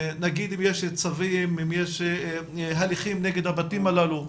נגיד אם יש צווים, אם יש הליכים נגד הבתים הללו,